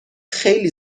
خیلی